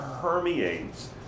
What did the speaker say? permeates